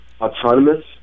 autonomous